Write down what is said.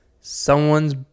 someone's